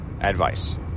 advice